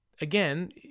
again